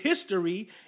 history